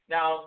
Now